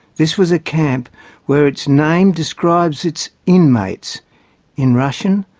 this was a camp where its name describes its inmates in russian,